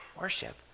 worship